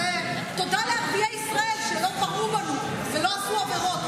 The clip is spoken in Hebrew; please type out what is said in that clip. תודה לערביי ישראל שלא פרעו בנו ולא עשו עבירות.